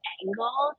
angle